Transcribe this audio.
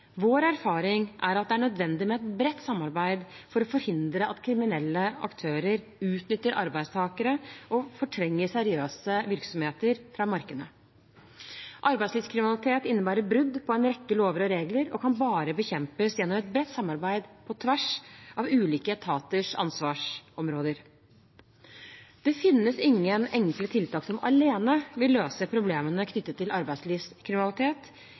Vår erfaring er at det er nødvendig med et bredt samarbeid for å forhindre at kriminelle aktører utnytter arbeidstakere og fortrenger seriøse virksomheter fra markedene. Arbeidslivskriminalitet innebærer brudd på en rekke lover og regler og kan bare bekjempes gjennom et bredt samarbeid på tvers av ulike etaters ansvarsområder. Det finnes ingen enkle tiltak som alene vil løse problemene knyttet til arbeidslivskriminalitet